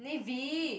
navy